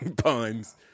puns